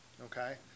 okay